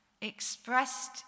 expressed